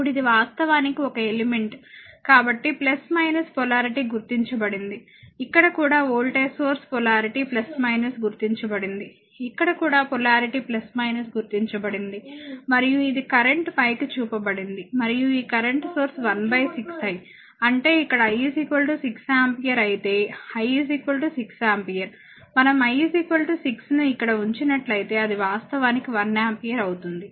ఇప్పుడు ఇది వాస్తవానికి ఒక ఎలిమెంట్ కాబట్టి పొలారిటీ గుర్తించబడింది ఇక్కడ కూడా వోల్టేజ్ సోర్స్ పొలారిటీ గుర్తించబడింది ఇక్కడ కూడా పొలారిటీ గుర్తించబడింది మరియు ఇది కరెంట్ పైకి చూపబడింది మరియు ఈ కరెంట్ సోర్స్ 1 6 I అంటే ఇక్కడ I 6 ఆంపియర్ అయితే I 6 ఆంపియర్ మనం I 6 ను ఇక్కడ ఉంచినట్లయితే అది వాస్తవానికి 1 ఆంపియర్ అవుతుంది